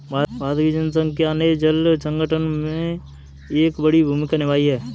भारत की जनसंख्या ने जल संकट में एक बड़ी भूमिका निभाई है